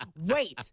Wait